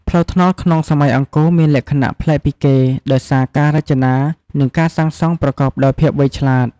ផ្លូវថ្នល់ក្នុងសម័យអង្គរមានលក្ខណៈប្លែកពីគេ ដោយសារការរចនា និងការសាងសង់ប្រកបដោយភាពវៃឆ្លាត។